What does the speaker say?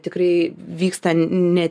tikrai vyksta ne